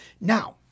Now